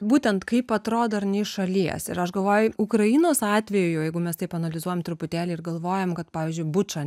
būtent kaip atrodo ar ne iš šalies ir aš galvoju ukrainos atveju jeigu mes taip analizuojam truputėlį ir galvojam kad pavyzdžiui bučą